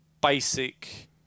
basic